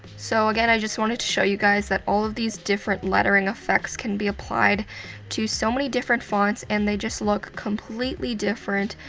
so, again, i just wanted to show you guys that all of these different lettering effects can be applied to so many different fonts. and they just look completely different,